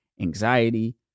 anxiety